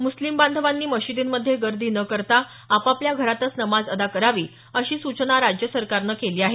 मुस्लिम बांधवांनी मशिदींमध्ये गर्दी न करता आपापल्या घरातच नमाज अदा करावी अशी सूचना राज्य सरकारनं केली आहे